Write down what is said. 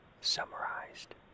summarized